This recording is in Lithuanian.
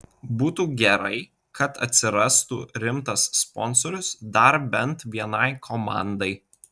būtų gerai kad atsirastų rimtas sponsorius dar bent vienai komandai